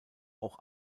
auch